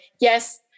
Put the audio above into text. yes